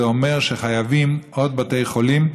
זה אומר שחייבים עוד בתי חולים,